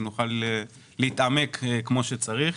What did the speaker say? שנוכל להתעמק כמו שצריך.